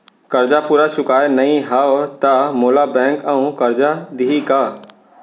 करजा पूरा चुकोय नई हव त मोला बैंक अऊ करजा दिही का?